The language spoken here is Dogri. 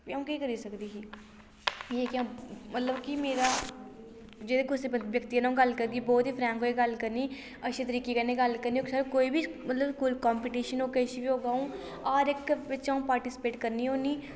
ते अ'ऊं केह् करी सकदी ही मतलब कि मेरा जेह्ड़े कुसै पर ब्यक्ति कन्नै अ'ऊं गल्ल करगी बोह्त ही फ्रैंक होइयै गल्ल करनी अच्छे तरीके कन्नै गल्ल करनी होई सकदा कोई बी मतलब कोई कोंपीटिशन होग किश बी होग अ'ऊं हर इक बिच्च अ'ऊं पार्टीस्पेट करनी होन्नी